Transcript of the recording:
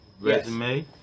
resume